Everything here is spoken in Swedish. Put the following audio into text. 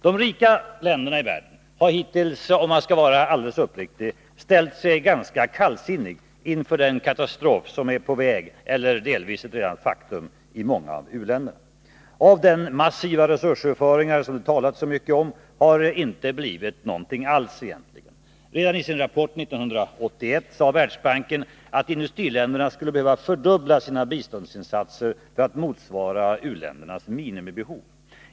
De rika länderna i världen har hittills, om man skall vara uppriktig, ställt sig ganska kallsinniga till den katastrof som är på väg att drabba — eller delvis redan har drabbat — många av u-länderna. Av den massiva resursöverföring som det har talats så mycket om har det inte blivit någonting alls. Redan i sin rapport 1981 sade Världsbanken att industriländerna skulle behöva fördubbla sina biståndsinsatser för att dessa skall motsvara uländernas minimibehov.